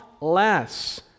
less